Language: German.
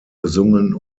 gesungen